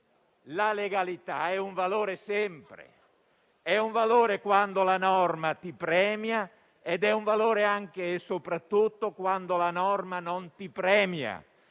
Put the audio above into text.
la legalità è un valore sempre; è un valore quando la norma ti premia ed è un valore anche e soprattutto quando la norma non ti premia,